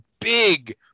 big